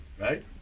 right